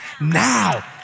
now